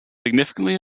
significantly